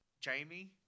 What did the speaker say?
Jamie